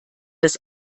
das